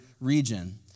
region